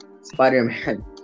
spider-man